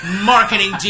Marketing